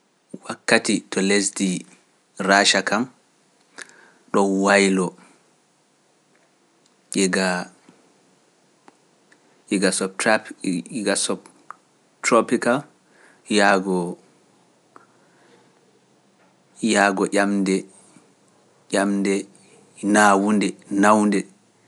wakkati to lesdi Rasha kam don waylo diga sub tropical yago yamde nawunde